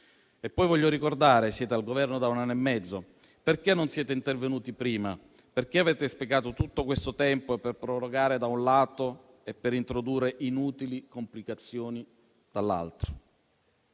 Poi, voglio ricordare che siete al Governo da un anno e mezzo: perché non siete intervenuti prima? Perché avete sprecato tutto questo tempo per prorogare, da un lato, e per introdurre inutili complicazioni, dall'altro?